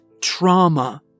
trauma